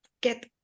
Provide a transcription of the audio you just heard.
get